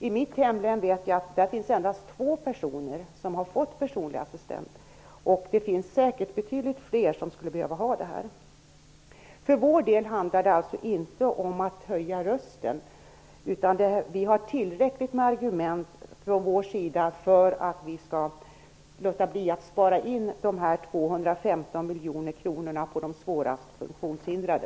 I mitt hemlän vet jag att endast två personer har fått personlig assistent. Det finns säkert betydligt fler som skulle behöva ha det. För vår del handlar det alltså inte om att höja rösten. Det finns tillräckligt med argument från vår sida för att låta bli att spara in de 215 miljoner kronorna på de svårast funktionshindrade.